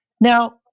now